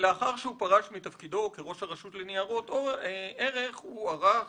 לאחר שהוא פרש מתפקידו כראש הרשות לניירות ערך הוא ערך